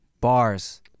bars